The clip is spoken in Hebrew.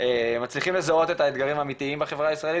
מצליחים לזהות את האתגרים האמיתיים בחברה הישראלי